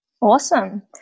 Awesome